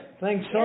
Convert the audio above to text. Thanks